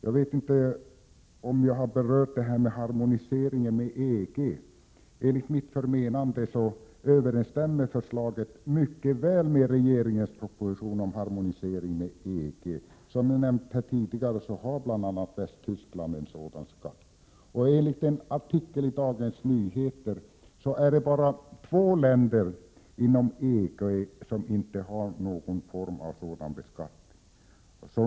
Jag vet inte om jag har berört harmoniseringen med EG. Enligt mitt förmenande överensstämmer förslaget mycket väl med regeringens proposition om harmonisering med EG. Som nämnts tidigare har bl.a. Västtyskland en sådan här skatt, och enligt en artikel i Dagens Nyheter är det bara två länder inom EG som inte har någon form av denna beskattning.